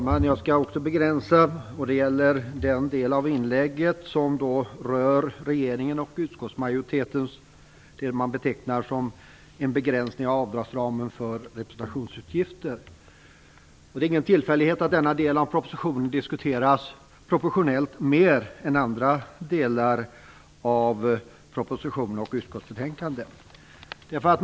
Fru talman! Också jag skall begränsa mitt inlägg, till att avse det som regeringen och utskottsmajoriteten betecknar som en begränsning av avdragsramen för representationsutgifter. Det är ingen tillfällighet att denna del av ärendet diskuteras proportionellt mer än andra delar av proposition och utskottsbetänkande.